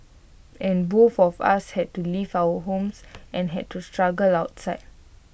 and both of us had to leave our homes and had to struggle outside